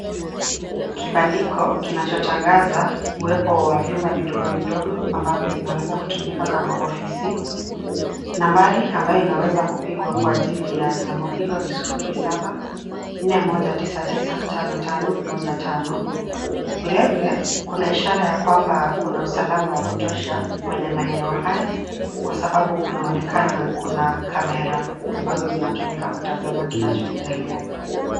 Kibandiko kinachotangaza uwepo wa vyumba vidogo vidogo ambavyo vinaweza kutumika kama ofisi. Nambari ambayo inaweza kupigwa kwa ajili ya jambo hilo ni sufuri saba nne moja tisa tisa tano tano moja tano. Vile vile, kuna ishara ya kwamba kuna usalama wa kutosha kwenye maeneo haya, kwa sababu kunaonekana kuna kamera ambazo zinatumika kutazama kinachoendelea.